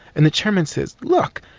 and the chairman says, look,